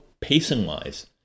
pacing-wise